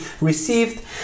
received